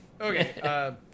Okay